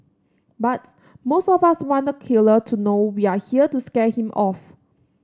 but most of us want the killer to know we are here to scare him off